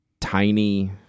tiny